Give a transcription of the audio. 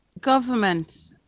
Government